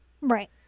Right